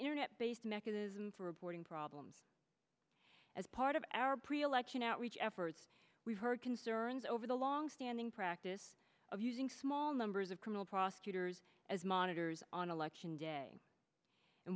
internet based mechanism for reporting problems as part of our pre election outreach efforts we've heard concerns over the longstanding practice of using small numbers of criminal prosecutors as monitors on election day and